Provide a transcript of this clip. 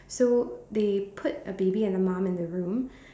so they put a baby and a mum in a room